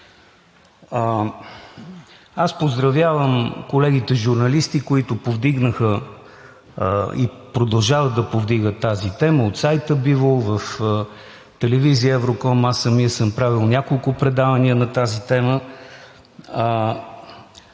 Поздравявам колегите журналисти, които повдигнаха и продължават да повдигат тази тема – от сайта „Бивол“, телевизия Евроком, и аз самият съм правил няколко предавания на тази тема.